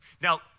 Now